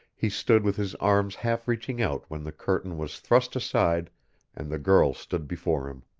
he stood with his arms half reaching out when the curtain was thrust aside and the girl stood before him.